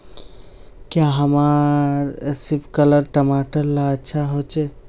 क्याँ हमार सिपकलर टमाटर ला अच्छा होछै?